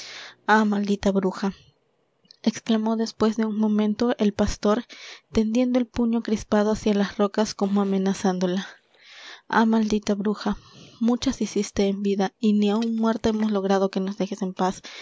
ah maldita bruja exclamó después de un momento el pastor tendiendo el puño crispado hacia las rocas como amenazándola ah maldita bruja muchas hiciste en vida y ni aun muerta hemos logrado que nos dejes en paz